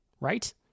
right